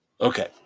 Okay